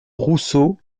rousseau